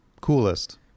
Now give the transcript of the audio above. coolest